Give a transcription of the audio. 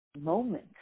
moment